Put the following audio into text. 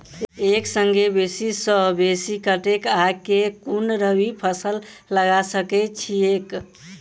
एक संगे बेसी सऽ बेसी कतेक आ केँ कुन रबी फसल लगा सकै छियैक?